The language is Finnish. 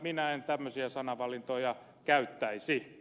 minä en tämmöisiä sanavalintoja käyttäisi